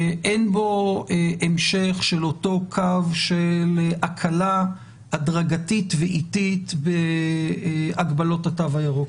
אין בו המשך של אותו קו של הקלה הדרגתית ואיטית בהגבלות התו הירוק.